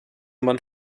man